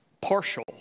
partial